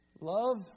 love